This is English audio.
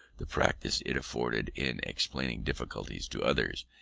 the practice it afforded in explaining difficulties to others,